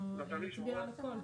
אנחנו נצביע על הכול.